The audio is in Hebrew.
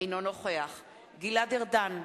אינו נוכח גלעד ארדן,